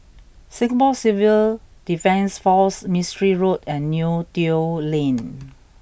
Singapore Civil Defence Force Mistri Road and Neo Tiew Lane